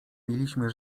mieliśmy